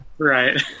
Right